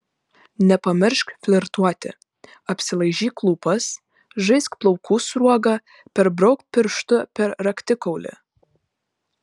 nepamiršk flirtuoti apsilaižyk lūpas žaisk plaukų sruoga perbrauk pirštu per raktikaulį